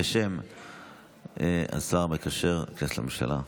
בשם השר המקשר בין הכנסת לממשלה.